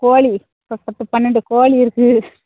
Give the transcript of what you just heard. கோழி பத்து பன்னெண்டு கோழி இருக்குது